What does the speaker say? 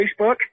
Facebook